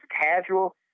casual